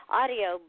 audio